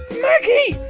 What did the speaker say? maggie!